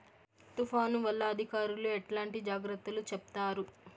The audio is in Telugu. తుఫాను వల్ల అధికారులు ఎట్లాంటి జాగ్రత్తలు చెప్తారు?